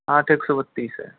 आठ एक सौ बत्तीस है